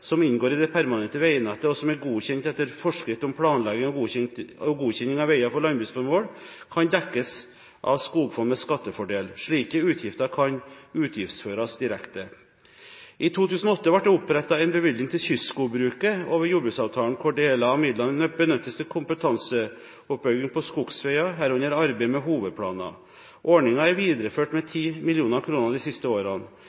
som inngår i det permanente veinettet, og som er godkjent etter forskrift om planlegging og godkjenning av veier for landbruksformål, kan dekkes av skogfond med skattefordel. Slike utgifter kan utgiftsføres direkte. I 2008 ble det opprettet en bevilgning til kystskogbruket over jordbruksavtalen, hvor deler av midlene benyttes til kompetanseoppbygging på skogsveier, herunder arbeid med hovedplaner. Ordningen er videreført med 10 mill. kr de siste årene.